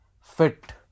fit